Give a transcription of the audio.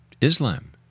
Islam